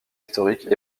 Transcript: historiques